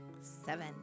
Seven